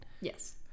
yes